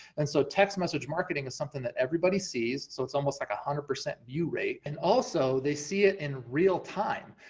and so text message marketing is something that everybody sees, so it's almost like one hundred percent view rate, and also they see it in real time.